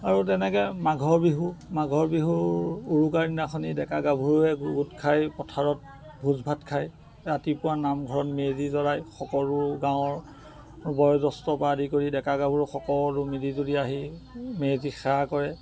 আৰু তেনেকৈ মাঘৰ বিহু মাঘৰ বিহুৰ উৰুকাদিনাখনি ডেকা গাভৰুৱে গোট খাই পথাৰত ভোজ ভাত খায় ৰাতিপুৱা নামঘৰত মেজি জ্বলায় সকলো গাঁৱৰ বয়োজ্যেষ্ঠৰ পৰা আদি কৰি ডেকা গাভৰু সকলো মিলিজুলি আহি মেজিত সেৱা কৰে